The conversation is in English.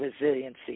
resiliency